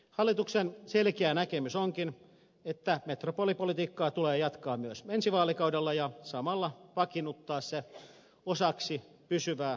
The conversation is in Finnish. hallituksen selkeä näkemys onkin että metropolipolitiikkaa tulee jatkaa myös ensi vaalikaudella ja samalla vakiinnuttaa se osaksi pysyvää aluekehitystyötämme